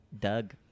Doug